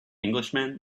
englishman